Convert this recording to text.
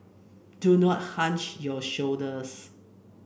do not hunch your shoulders